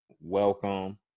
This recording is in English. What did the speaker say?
Welcome